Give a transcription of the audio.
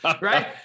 Right